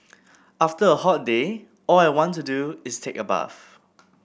after a hot day all I want to do is take a bath